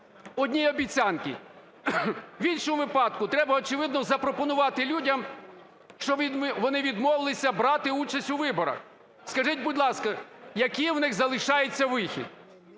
одні обіцянки. В іншому випадку треба, очевидно, запропонувати людям, щоб вони відмовилися брати участь у виборах. Скажіть, будь ласка, який в них залишається вихід?